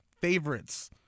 favorites